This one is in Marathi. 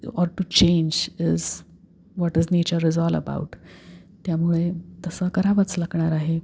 or to change is what is nature is all about त्यामुळे तसं करावंच लागणार आहे